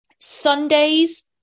Sundays